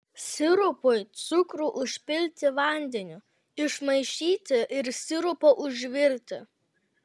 sirupui cukrų užpilti vandeniu išmaišyti ir sirupą užvirti